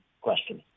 question